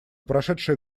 прошедшие